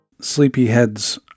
Sleepyhead's